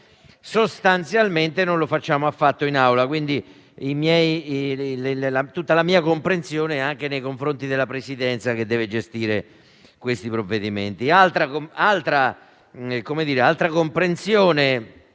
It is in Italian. sostanzialmente non lo facciamo affatto in Aula. Esprimo, quindi, tutta la mia comprensione anche nei confronti della Presidenza che deve gestire provvedimenti